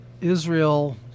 Israel